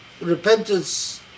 repentance